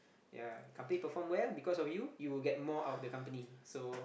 ya company perform well because of you you will get more out of the company so